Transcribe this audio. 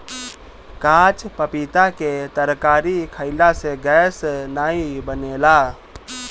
काच पपीता के तरकारी खयिला से गैस नाइ बनेला